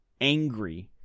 angry